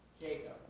Jacob